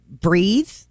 breathe